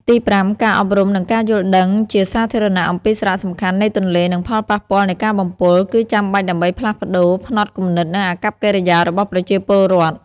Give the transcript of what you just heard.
ទីប្រាំ ការអប់រំ និងការយល់ដឹងជាសាធារណៈអំពីសារៈសំខាន់នៃទន្លេ និងផលប៉ះពាល់នៃការបំពុល គឺចាំបាច់ដើម្បីផ្លាស់ប្តូរផ្នត់គំនិត និងអាកប្បកិរិយារបស់ប្រជាពលរដ្ឋ។